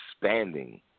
expanding